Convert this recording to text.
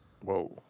Whoa